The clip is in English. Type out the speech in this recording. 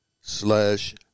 slash